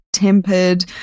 tempered